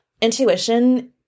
intuition